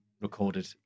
recorded